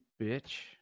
bitch